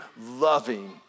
loving